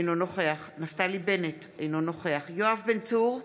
אינו נוכח נפתלי בנט, אינו נוכח יואב בן צור,